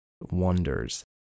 wonders